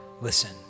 listen